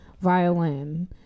violin